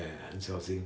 ya 很小心